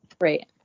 Right